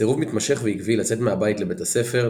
סירוב מתמשך ועקבי לצאת מהבית לבית הספר,